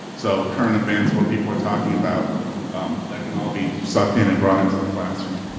so current events, what people are talking about that can all be sucked in and brought into the classroom.